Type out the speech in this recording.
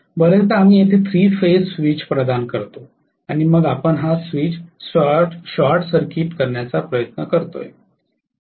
बर्याचदा आम्ही येथे 3 फेज स्विच प्रदान करतो आणि मग आपण हा स्विच शॉर्ट सर्किट करण्याचा प्रयत्न करू